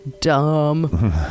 dumb